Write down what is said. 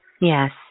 Yes